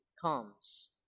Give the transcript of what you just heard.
comes